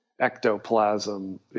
ectoplasm